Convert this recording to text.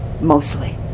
mostly